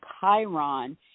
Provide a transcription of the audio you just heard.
Chiron